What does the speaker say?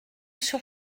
sur